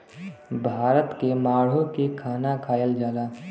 भात के माड़ो के खाना खायल जाला